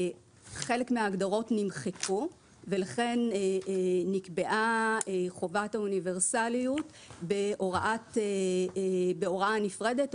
חלק מההגדרות נמחקו ולכן נקבעה חובת האוניברסליות בהוראה נפרדת,